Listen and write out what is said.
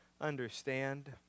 understand